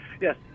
yes